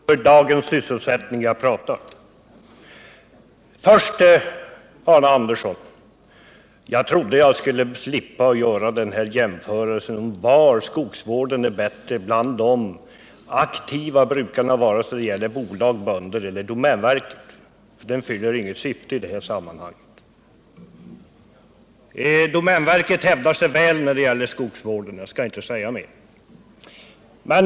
Herr talman! Det är om dagens människor och deras sysselsättning jag talar. Jag trodde, Arne Andersson i Ljung, att jag skulle slippa diskutera vilka av de aktiva brukarna som sköter skogsvården bäst — bönderna, bolagen eller domänverket. En sådan jämförelse tjänar inget syfte i det här sammanhanget. Jag skall nu inte säga mer än att domänverket hävdar sig väl när det gäller skogsvården.